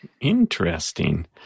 Interesting